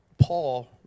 Paul